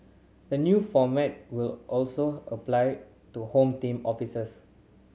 the new format will also apply to Home Team officers